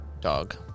Dog